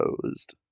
closed